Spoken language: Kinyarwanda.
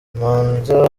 imanza